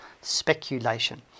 speculation